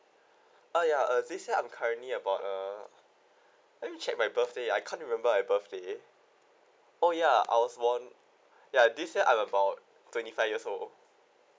ah ya this year I'm currently about uh let me check my birthday I can't remember I birthday oh ya I was born ya this year I'm about twenty five years old